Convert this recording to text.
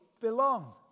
belong